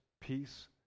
peace